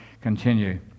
continue